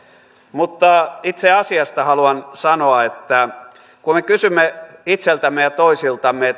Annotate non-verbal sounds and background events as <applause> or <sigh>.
mutta itse asiasta haluan sanoa että kun me kysymme itseltämme ja toisiltamme <unintelligible>